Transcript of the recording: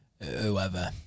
whoever